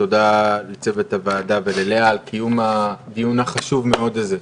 תודה לצוות הוועדה וללאה על קיום הדיון החשוב מאוד הזה.